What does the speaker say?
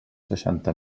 seixanta